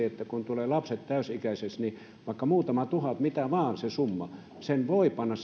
että kun lapset tulevat täysi ikäisiksi niin oli se vaikka muutama tuhat enemmänkin mitä vain se summa niin sen voi panna